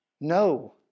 No